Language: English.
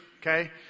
okay